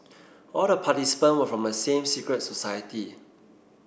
all the participant were from the same secret society